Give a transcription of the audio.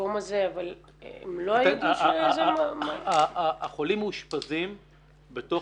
המקום הזה אבל הם לא ידעו שזה אזור --- החולים מאושפזים בתוך